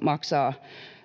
maksaa